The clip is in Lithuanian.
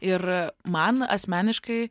ir man asmeniškai